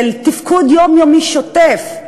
של תפקוד יומיומי שוטף,